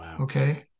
Okay